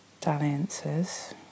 dalliances